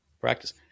practice